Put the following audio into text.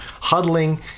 huddling